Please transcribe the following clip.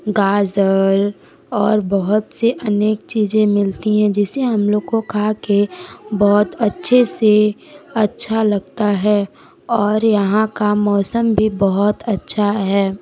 गाज़र और बहुत सी अनेक चीज़ें मिलती है जिसे हम लोग को खा कर बहुत अच्छे से अच्छा लगता है और यहाँ का मौसम भी बहुत अच्छा है